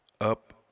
up